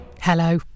Hello